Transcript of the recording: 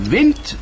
Wind